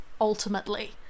ultimately